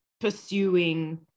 pursuing